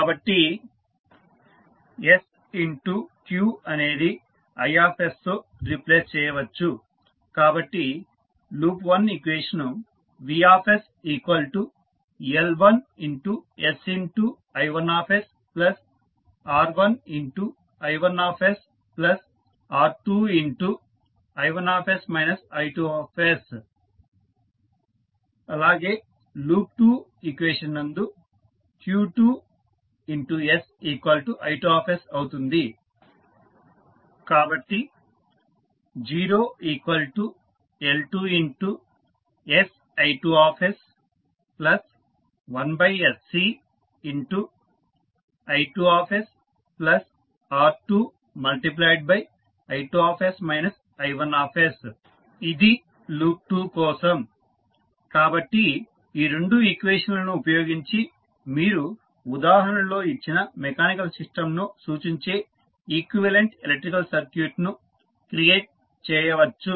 కాబట్టి VsL1sI1sR1I1sR2I1s I2 loop 1 0 L2sI2s1sCI2sR2I2s I1 loop 2 కాబట్టి ఈ రెండు ఈక్వేషన్ లను ఉపయోగించి మీరు ఉదాహరణలో ఇచ్చిన మెకానికల్ సిస్టంను సూచించే ఈక్వివలెంట్ ఎలక్ట్రికల్ సర్క్యూట్ను క్రియేట్ చేయవచ్చు